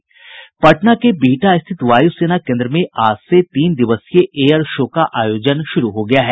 पटना के बिहटा स्थित वायू सेना केन्द्र में आज से तीन दिवसीय एयर शो का आयोजन शुरू हो गया है